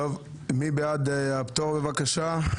מי בעד הפטור, בבקשה?